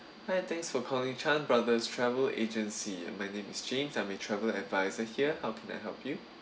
hi thanks for calling Chan Brothers travel agency and my name is james I'm the travel advice here how can I help you